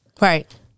right